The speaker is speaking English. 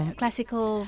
classical